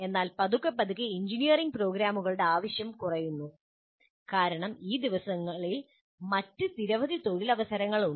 എന്നാൽ പതുക്കെ പതുക്കെ എഞ്ചിനീയറിംഗ് പ്രോഗ്രാമുകളുടെ ആവശ്യം കുറയുന്നു കാരണം ഈ ദിവസങ്ങളിൽ മറ്റ് നിരവധി തൊഴിലവസരങ്ങൾ ഉണ്ട്